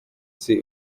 nzi